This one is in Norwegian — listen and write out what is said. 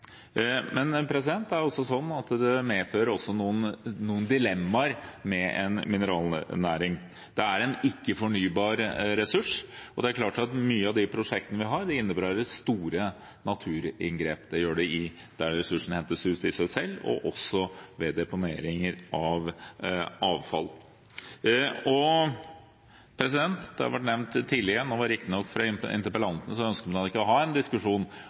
men det er også sånn at det medfører noen dilemmaer å ha en mineralnæring. Det er en ikke-fornybar ressurs, og det er klart at mange av de prosjektene vi har, innebærer store naturinngrep. Det gjør det både der ressursene hentes ut, og ved deponeringene av avfallet. Det har vært nevnt tidligere – nå ønsker riktig nok interpellanten ikke å ha en diskusjon